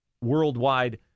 worldwide